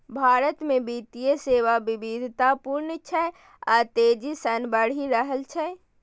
भारत मे वित्तीय सेवा विविधतापूर्ण छै आ तेजी सं बढ़ि रहल छै